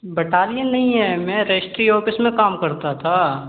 battalion नहीं है मैं रेस्ट्री ऑफिस में काम करता था